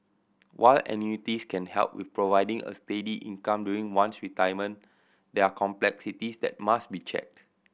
while annuities can help with providing a steady income during one's retirement there are complexities that must be checked